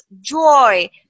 joy